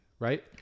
Right